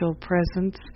presence